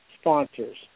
sponsors